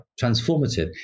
transformative